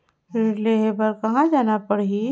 ऋण लेहे बार कहा जाना पड़ही?